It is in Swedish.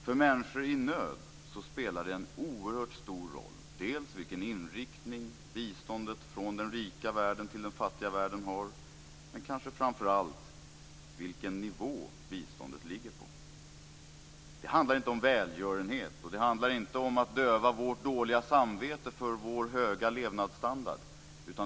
För människor i nöd spelar det en oerhört stor roll dels vilken inriktning biståndet från den rika världen till den fattiga världen har, dels - och kanske framför allt - vilken nivå biståndet ligger på. Det handlar inte om välgörenhet. Det handlar inte om att döva vårt dåliga samvete för vår höga levnadsstandard.